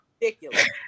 Ridiculous